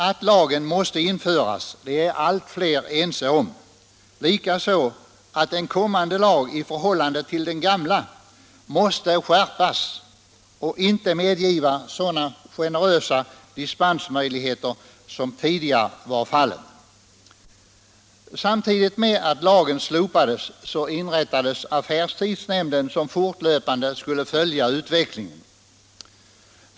Att lagen måste återinföras är allt fler ense om samt att en kommande lag måste skärpas i förhållande till den gamla och inte medge så generösa dispensmöjligheter som tidigare. Samtidigt som lagen slopades inrättades affärstidsnämnden, som fortlöpande skulle följa utvecklingen.